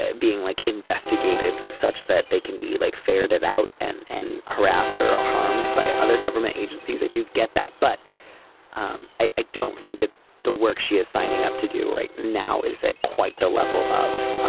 being like investigated such that they can be like ferreted out and and harassed or harmed by other government agencies. i do get that but um i i don't think that the work she is signing up to do right now is at quite the level of